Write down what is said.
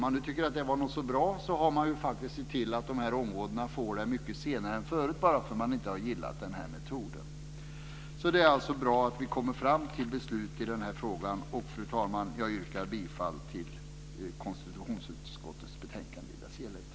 Man tycker att det är bra, men man har faktiskt sett till att dessa områden får det mycket senare bara därför att man inte har gillat denna metod. Det är alltså bra att vi kommer fram till beslut i denna fråga. Fru talman! Jag yrkar bifall till förslaget i konstitutionsutskottets betänkande i dess helhet.